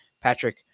Patrick